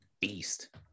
beast